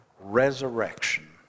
resurrection